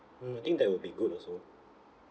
mm I think that will be good also